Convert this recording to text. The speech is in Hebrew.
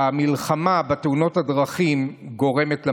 שהמלחמה בתאונות הדרכים גורמת למדינה.